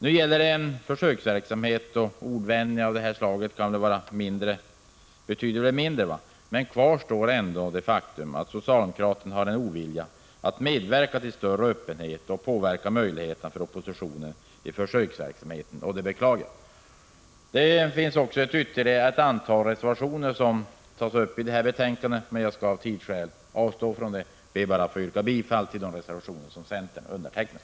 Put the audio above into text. Nu gäller det en försöksverksamhet, och ordvändningar av det här slaget betyder då mindre. Kvar står ändå det faktum att socialdemokraterna har en ovilja att medverka till större öppenhet och att påverka möjligheterna för oppositionen i försöksverksamheten. Detta är beklagligt. Det finns ytterligare ett antal reservationer i betänkandet, men jag skall av tidsskäl avstå från att ta upp dem. Jag ber bara att få yrka bifall till de reservationer som centern har undertecknat.